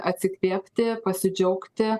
atsikvėpti pasidžiaugti